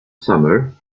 summer